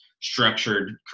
structured